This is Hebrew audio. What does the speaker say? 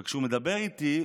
וכשהוא מדבר איתי,